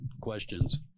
questions